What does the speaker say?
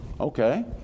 okay